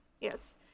Yes